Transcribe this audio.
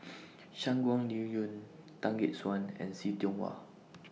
Shangguan Liuyun Tan Gek Suan and See Tiong Wah